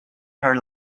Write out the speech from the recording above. her